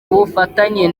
bufatanye